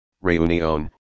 Reunion